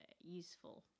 useful